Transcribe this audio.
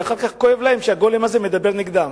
ואחר כך כואב להם שהגולם הזה מדבר נגדם.